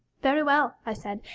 very well, i said,